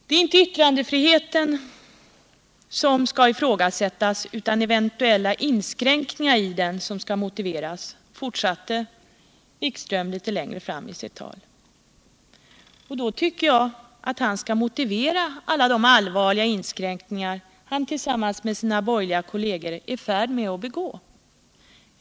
Det är inte yttrandefriheten som behöver motiveras, utan eventuella inskränkningar i den, fortsatte utbildningsministern litet längre fram i sitt tal. Då tycker jag också att han skall motivera de allvarliga inskränkningar som han tillsammans med sina borgerliga kolleger är i färd med att införa.